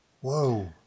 Whoa